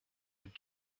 had